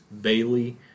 Bailey